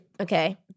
Okay